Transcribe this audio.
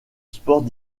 sports